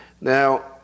Now